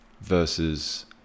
versus